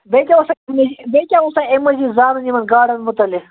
بیٚیہِ کیٛاہ اوس اتھ مٔزیٖد بیٚیہِ کیٛاہ اوسا تۄہہِ اَمہِ مٔزیٖد زانُن یِمَن گاڈَن مُتعلِق